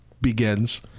begins –